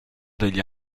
degli